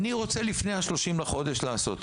אני רוצה לעשות את זה לפני ה-30 לחודש, בסדר?